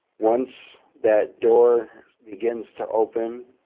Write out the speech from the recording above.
once that door begins to open,